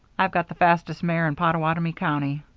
i've got the fastest mare in pottawatomie county.